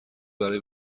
برای